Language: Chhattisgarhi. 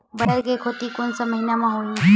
बटर के खेती कोन से महिना म होही?